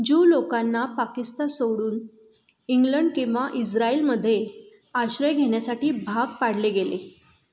Jew लोकांना पाकिस्ता सोडून England किंवा इज्रायलमध्ये आश्रय घेण्यासाठी भाग पाडले गेले